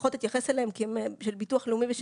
פחות אתייחס אליהם כי הם של ביטוח לאומי.